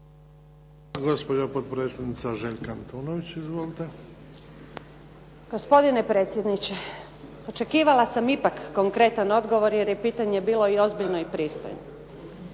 Gospodine predsjedniče, očekivala sam ipak konkretan odgovor jer je pitanje bilo i ozbiljno i pristojno.